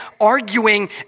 arguing